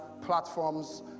platforms